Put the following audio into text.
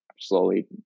slowly